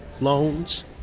loans